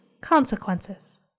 consequences